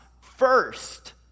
first